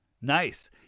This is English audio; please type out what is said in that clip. Nice